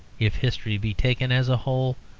if history be taken as a whole,